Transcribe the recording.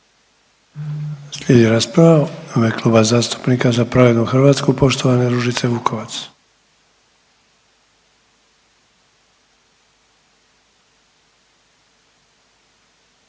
Slijedi rasprava u ime Kluba zastupnika za Pravednu Hrvatsku poštovane Ružice Vukovac.